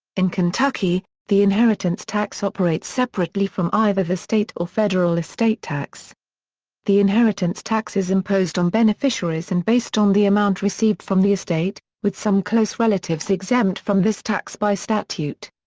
in kentucky, the inheritance tax operates separately from either the state or federal estate tax the inheritance tax is imposed on beneficiaries and based on the amount received from the estate, with some close relatives exempt from this tax by statute.